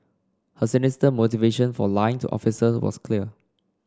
her sinister motivation for lying to officer was clear